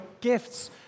gifts